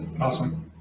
Awesome